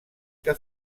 que